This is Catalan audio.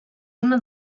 una